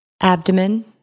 Abdomen